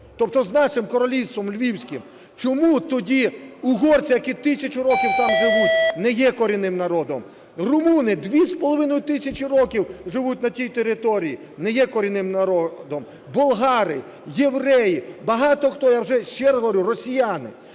тобто з нашим Королівством Львівським. Чому тоді угорці, які тисячу років там живуть, не є корінним народом? Румуни 2,5 тисячі років живуть на тій території – не є корінним народом. Болгари, євреї, багато хто, я ще раз говорю, росіяни.